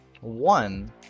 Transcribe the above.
one